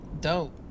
Dope